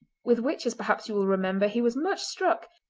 with which, as perhaps you will remember, he was much struck.